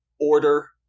order